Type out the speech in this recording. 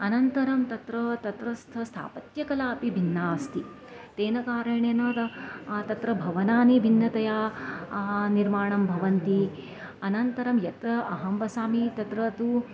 अनन्तरं तत्र तत्रस्थ स्थापत्यकला अपि भिन्ना अस्ति तेन कारणेन तत्र भवनानि भिन्नतया निर्माणं भवन्ति अनन्तरं यत्र अहं वसामि तत्र तु